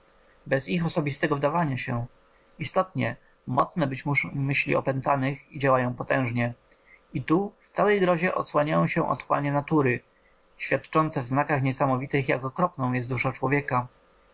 bez ich osobistego wdawania się istotnie mocne być muszą myśli opętanych i działają potężnie i tu w całej grozie odsłaniają się otchłanie natury świadczące w znakach niesamowitych jak okropną jest dusza człowieka